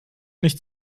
nicht